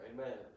Amen